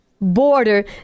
border